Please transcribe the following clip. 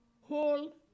whole